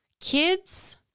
Kids